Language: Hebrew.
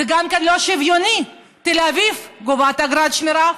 זה גם כן לא שוויוני: תל אביב גובה אגרת שמירה,